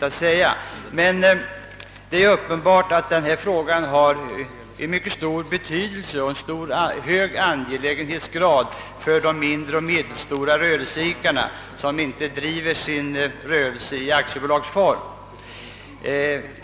Det är emellertid uppenbart att denna fråga har mycket stor betydelse och är av hög angelägenhetsgrad för den mindre och medelstore rörelseidkaren, som inte driver sitt företag i aktiebolagsform.